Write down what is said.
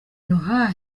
noah